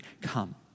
come